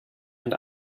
and